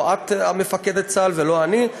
לא את מפקדת צה"ל ולא אני.